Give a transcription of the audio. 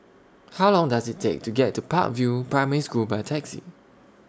How Long Does IT Take to get to Park View Primary School By Taxi